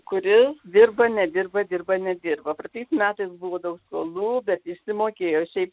kuris dirba nedirba dirba nedirba praeitais metais buvo daug skolų bet išsimokėjo šiaip